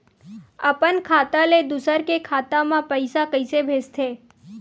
अपन खाता ले दुसर के खाता मा पईसा कइसे भेजथे?